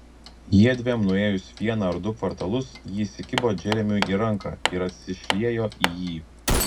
jiedviem nuėjus vieną ar du kvartalus ji įsikibo džeremiui į ranką ir atsišliejo į jį